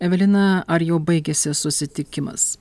evelina ar jau baigėsi susitikimas